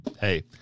hey